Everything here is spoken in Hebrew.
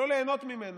לא ליהנות ממנו.